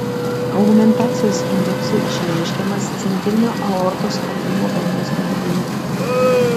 augmentacijos indeksu išreiškiamas centrinio aortos spaudimo bangos padidėjimas